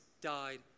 died